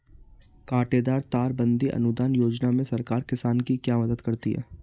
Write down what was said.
कांटेदार तार बंदी अनुदान योजना में सरकार किसान की क्या मदद करती है?